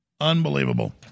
Unbelievable